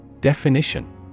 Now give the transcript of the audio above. Definition